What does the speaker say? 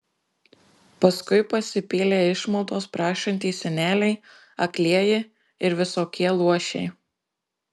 paskui pasipylė išmaldos prašantys seneliai aklieji ir visokie luošiai